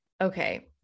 okay